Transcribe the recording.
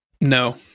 No